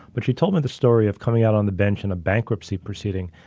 but she told me the story of coming out on the bench in a bankruptcy proceeding,